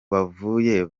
bavuye